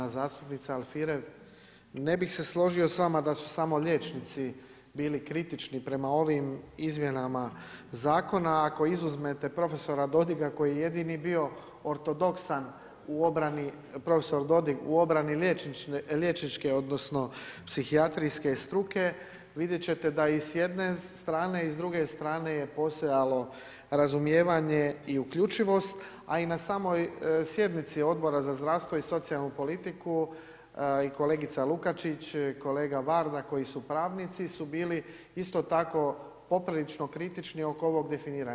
Evo, uvažena zastupnice Alfirev, ne bih se složio s vama da su samo liječnici bili kritični prema ovim izmjenama zakona, a ako izuzmete profesora Dodiga, koji je jedini bio ortodoksan u obrani, profesor Dodig u obrani liječničke, odnosno, psihijatrijske struke, vidjeti ćete da i sa jedne strane i s druge strane je postojalo razumijevanje i uključenost, a i na samoj sjednici Odbora za zdravstvo i socijalnu politiku i kolegica Lukačić i kolega Varda koji su pravnici su bili isto tako poprilično kritični oko ovog definiranja.